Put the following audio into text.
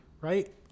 right